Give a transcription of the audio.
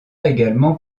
également